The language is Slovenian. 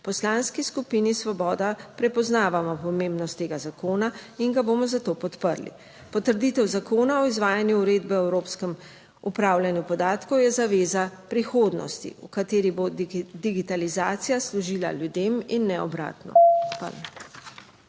Poslanski skupini Svoboda prepoznavamo pomembnost tega zakona in ga bomo zato podprli. Potrditev zakona o izvajanju uredbe o Evropskem upravljanju podatkov je zaveza prihodnosti, v kateri bo digitalizacija služila ljudem in ne obratno.